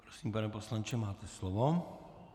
Prosím, pane poslanče, máte slovo.